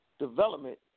Development